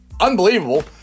unbelievable